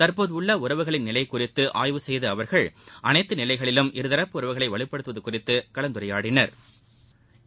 தற்போதுள்ள உறவுகளின் நிலை குறித்து ஆய்வு செய்த அவர்கள் அனைத்து நிலைகளிலும் இருதரப்பு உறவுகளை வலுப்படுத்துவது குறித்து கலந்துரையாடினா்